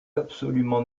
absolument